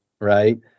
right